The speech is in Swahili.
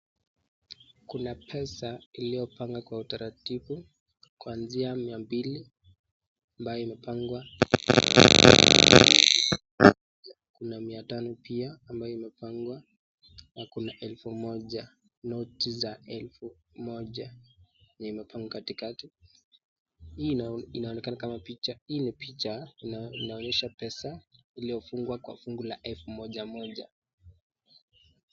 Kuna pesa ilipongwa kwa utaratibu kwanzia mia mbili kuna mia tano pia ambayo imepangwa na kuna elfu moja noti za elfu moja yenye imepangwa katikati, hii inaonekana kama picha, hii ni picha inaonyesha picha iliyofungwa kwa fungu la elfu moja moja.